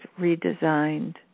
redesigned